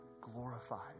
glorified